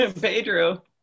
Pedro